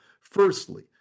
Firstly